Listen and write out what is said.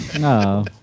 No